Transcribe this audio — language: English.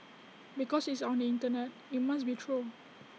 because it's on the Internet IT must be true